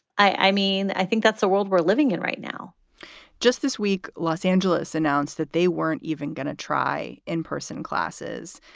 i mean, i think that's a world we're living in right now just this week, los angeles announced that they weren't even going to try in-person classes.